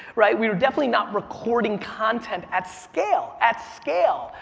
right. we were definitely not recording content at scale. at scale!